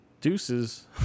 Deuces